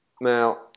Now